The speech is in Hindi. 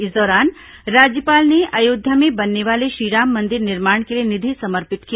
इस दौरान राज्यपाल ने अयोध्या में बनने वाले श्रीराम मंदिर निर्माण के लिए निधि समर्पित किया